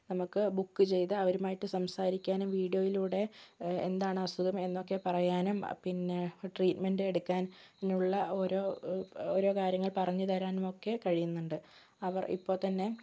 നമുക്ക് ബുക്ക് ചെയ്ത് അവരുമായിട്ട് സംസാരിക്കാനും വീഡിയോയിലൂടെ എന്താണ് അസുഖം എന്നൊക്കെ പറയാനും പിന്നെ ട്രീറ്റ്മെൻറ് എടുക്കാനുള്ള ഒരു ഓരോ കാര്യങ്ങൾ പറഞ്ഞു തരാനും ഒക്കെ കഴിയുന്നുണ്ട് അവർ ഇപ്പം തന്നെ